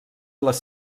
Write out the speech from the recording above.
les